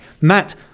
Matt